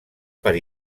per